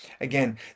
again